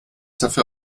dafür